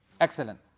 Excellent